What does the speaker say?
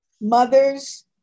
mothers